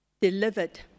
delivered